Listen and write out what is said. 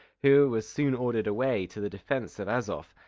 who was soon ordered away to the defence of azof,